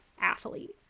athlete